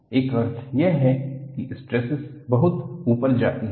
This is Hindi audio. एक अर्थ यह है कि स्ट्रेसस बहुत ऊपर जाती है